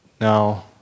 now